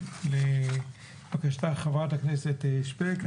לבקשת חברת הכנסת סטרוק,